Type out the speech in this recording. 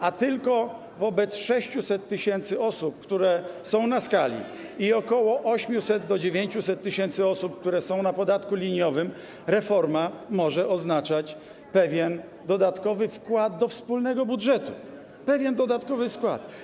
A tylko wobec 600 tys. osób, które są na skali, i ok. 800, do 900 tys. osób, które są na podatku liniowym, reforma może oznaczać pewien dodatkowy wkład do wspólnego budżetu, pewien dodatkowy wkład.